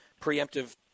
preemptive